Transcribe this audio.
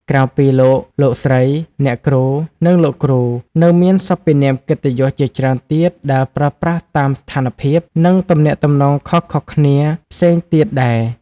ក្រៅពី លោក លោកស្រី អ្នកគ្រូ និង លោកគ្រូ នៅមានសព្វនាមកិត្តិយសជាច្រើនទៀតដែលប្រើប្រាស់តាមស្ថានភាព និងទំនាក់ទំនងខុសៗគ្នាផ្សេងទៀតដែរ។